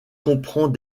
comprend